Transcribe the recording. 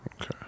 Okay